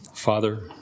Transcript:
Father